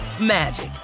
magic